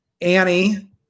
Annie